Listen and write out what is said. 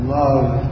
love